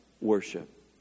worship